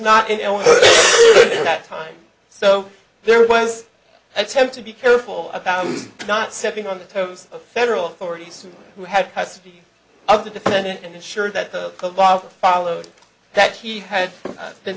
in that time so there was an attempt to be careful about not stepping on the toes of federal authorities who had custody of the defendant and ensure that the law followed that he had been